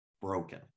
broken